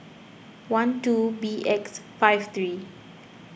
one two B X five three